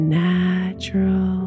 natural